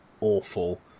awful